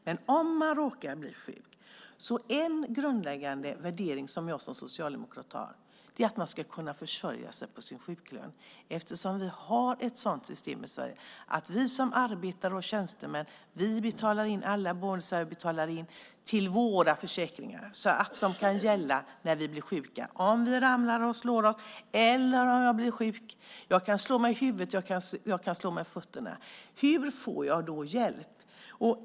Men om man råkar bli sjuk är en grundläggande värdering som jag som socialdemokrat har att man ska kunna försörja sig på sin sjuklön eftersom vi har ett sådant system i Sverige att alla vi som arbetar betalar in pengar till våra försäkringar så att de kan gälla när vi blir sjuka - om vi ramlar och slår oss eller om vi blir sjuka. Om jag blir skadad i huvudet eller i fötterna, hur får jag då hjälp?